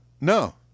No